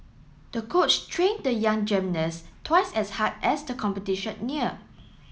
the coach trained the young gymnast twice as hard as the competition neared